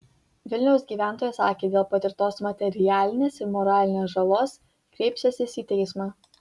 vilniaus gyventojas sakė dėl patirtos materialinės ir moralinės žalos kreipsiąsis į teismą